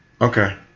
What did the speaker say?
Okay